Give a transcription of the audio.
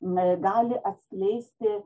gali atskleisti